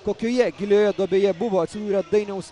kokioje gilioje duobėje buvo atsidūrę dainiaus